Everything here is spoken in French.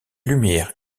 lumière